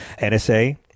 nsa